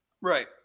Right